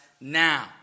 now